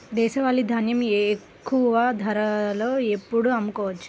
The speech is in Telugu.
దేశవాలి ధాన్యం ఎక్కువ ధరలో ఎప్పుడు అమ్ముకోవచ్చు?